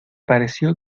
pareció